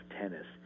tennis